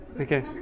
Okay